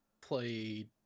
play